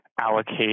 allocate